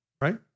right